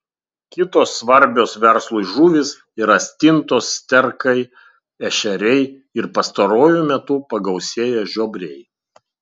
kitos svarbios verslui žuvys yra stintos sterkai ešeriai ir pastaruoju metu pagausėję žiobriai